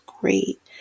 great